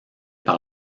par